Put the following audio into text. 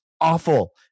awful